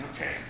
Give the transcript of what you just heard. okay